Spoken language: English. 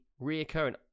Reoccurring